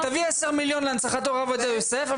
תביא 10 מיליון להנצחת הרב עובדיה יוסף,